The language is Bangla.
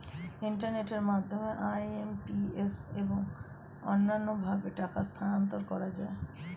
ইন্টারনেটের মাধ্যমে আই.এম.পি.এস এবং অন্যান্য ভাবে টাকা স্থানান্তর করা যায়